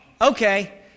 okay